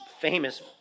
famous